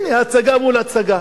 הנה, הצגה מול הצגה.